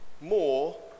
more